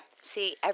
see